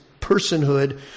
personhood